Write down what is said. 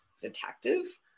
detective